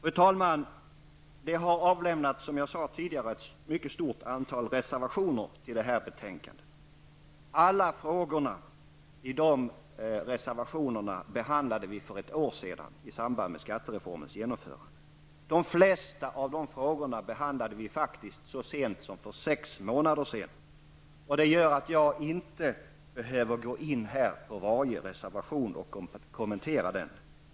Fru talman! Som jag tidigare sade finns det ett mycket stort antal reservationer fogade till detta betänkande. Alla frågor i dessa reservationer behandlade vi för ett år sedan i samband med skattereformens genomförande, och de flesta av dem behandlades faktiskt så sent som för sex månader sedan. Därför behöver jag inte gå in på varje enskild reservation och kommentera den.